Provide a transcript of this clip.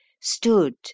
stood